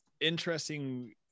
interesting